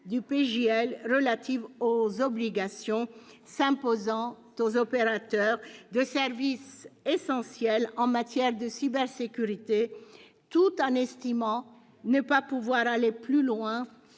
de loi relatif aux obligations s'imposant aux opérateurs de services essentiels en matière de cybersécurité, tout en estimant ne pas pouvoir aller plus loin